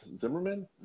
Zimmerman